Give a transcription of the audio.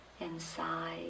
inside